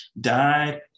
died